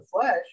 flesh